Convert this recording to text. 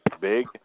big